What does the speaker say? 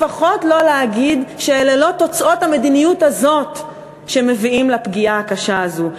לפחות לא להגיד שאלה לא תוצאות המדיניות הזאת שמביאות לפגיעה הקשה הזאת.